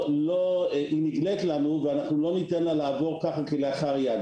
היא נגלית לנו ולא ניתן לה לעבור כלאחר יד.